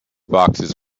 boxes